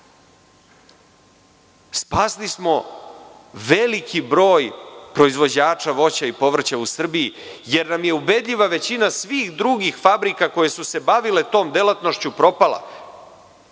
spasili smo veliki broj proizvođača voća i povrća u Srbiji, jer nam je ubedljiva većina svih drugih fabrika, koje su se bavile tom delatnošću, propala.